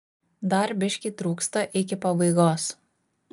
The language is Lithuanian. dar biškį trūksta iki pabaigos